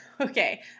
Okay